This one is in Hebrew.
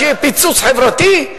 שיהיה פיצוץ חברתי?